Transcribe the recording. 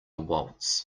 waltz